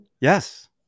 Yes